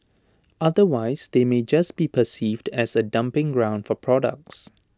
otherwise they may just be perceived as A dumping ground for products